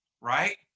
right